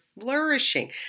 flourishing